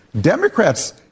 Democrats